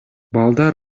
балдар